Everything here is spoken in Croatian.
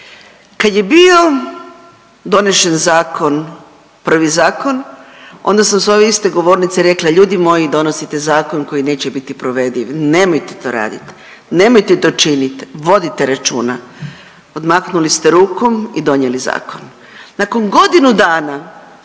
Kad je bio donešen zakon, prvi zakon, onda sam s ove iste govornice rekla, ljudi moji, donosite zakon koji neće biti provediv, nemojte to raditi. Nemojte to činiti, vodite računa. Odmahnuli ste rukom i donijeli zakon. Nakon godinu dana